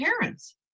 parents